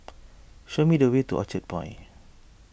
show me the way to Orchard Point